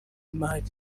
w’imari